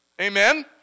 Amen